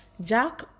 Jack